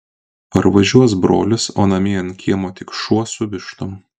parvažiuos brolis o namie ant kiemo tik šuo su vištom